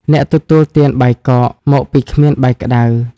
អ្នកទទួលទានបាយកក មកពីគ្មានបាយក្ដៅ ។